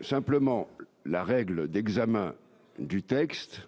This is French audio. simplement la règle d'examen du texte,